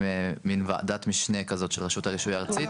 מן וועדת משנה כזאת של רשות הרישוי הארצית.